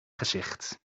gezicht